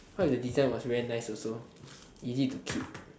heard the design was very nice also easy to keep